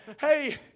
Hey